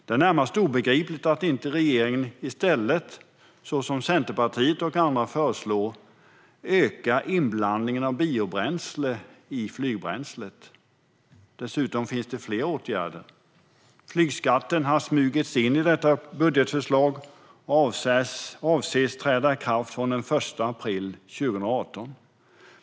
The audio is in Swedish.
Det är närmast obegripligt att inte regeringen i stället, som Centerpartiet och andra, föreslår ökad inblandning av biobränsle i flygbränslet. Dessutom finns det fler åtgärder. Flygskatten har smugits in i detta budgetförslag och avses träda i kraft från 1 april 2018.